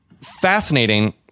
fascinating